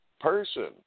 person